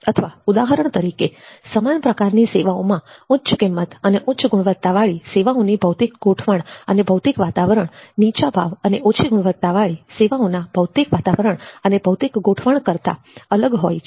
અથવા ઉદાહરણ તરીકે સમાન પ્રકારની સેવાઓમાં ઉચ્ચ કિંમત અને ઉચ્ચ ગુણવત્તાવાળી સેવાઓની ભૌતિક ગોઠવણ અને ભૌતિક વાતાવરણ નીચા ભાવ અને ઓછી ગુણવત્તા વાળી સેવાઓના ભૌતિક વાતાવરણ અને ભૌતિક ગોઠવણ કરતા અલગ હોય છે